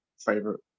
favorite